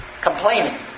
complaining